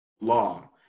law